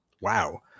wow